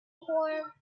core